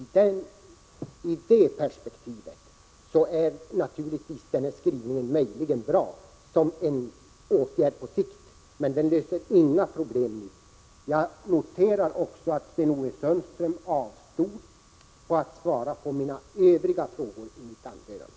I det perspektivet är skrivningen möjligen bra när det gäller åtgärder på sikt, men den löser inga problem. Jag noterar också att Sten-Ove Sundström avstod från att svara på mina Övriga frågor.